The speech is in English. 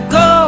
go